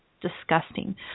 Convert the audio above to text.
disgusting